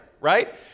right